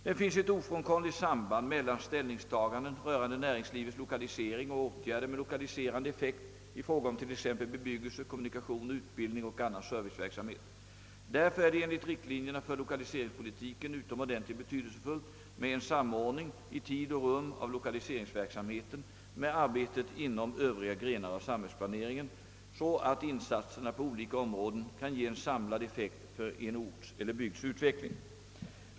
Det finns ett ofrånkomligt samband mellan ställningstaganden rörande näringslivets lokalisering och åtgärder med lokaliserande effekt i fråga om t.ex. bebyggelse, kommunikationer, utbildning och annan serviceverksamhet. Därför är det enligt riktlinjerna för lokaliseringspolitiken utomordentligt betydelsefullt med en samordning i tid och rum av lokaliseringsverksamheten med arbetet inom övriga grenar av samhällsplaneringen, så att insatserna på olika områden kan ge en samlad effekt för en orts eller bygds utveckling.